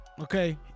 Okay